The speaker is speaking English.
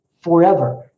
forever